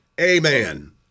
Amen